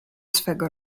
swego